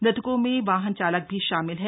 मृतकों में वाहन चालक भी शामिल है